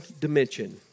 dimension